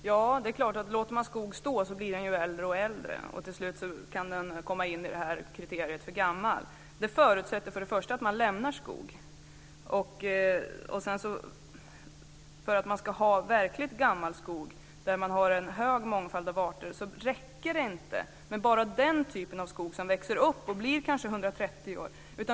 Fru talman! Låter man skog stå blir den äldre och äldre. Till slut kan den uppfylla kriteriet för gammal. Det förutsätter att man lämnar skog. För att man ska få verkligt gammal skog med en stor mångfald av arter räcker det inte med bara den typ av skog som växer upp och blir kanske 130 år.